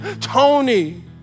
Tony